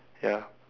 ya